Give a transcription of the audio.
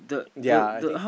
ya I think